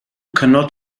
cannot